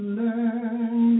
learn